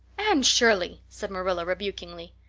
anne shirley! said marilla rebukingly.